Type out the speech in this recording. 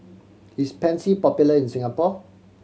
is Pansy popular in Singapore